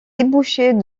débouchés